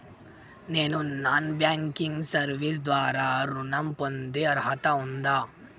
నేను non banking service ద్వారా ఋణం పొందే అర్హత ఉందా?